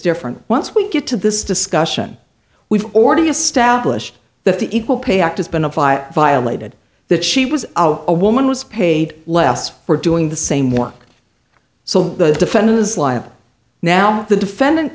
different once we get to this discussion we've already established that the equal pay act has been applied violated that she was a woman was paid less for doing the same work so the defendant is liable now the defendant